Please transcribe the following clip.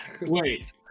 wait